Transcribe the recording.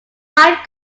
five